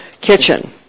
kitchen